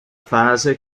fase